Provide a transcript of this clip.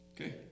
Okay